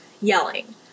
yelling